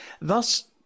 Thus